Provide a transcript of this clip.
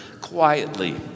quietly